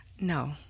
no